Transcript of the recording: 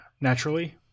naturally